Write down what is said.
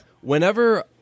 Whenever